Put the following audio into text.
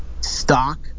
stock